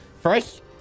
First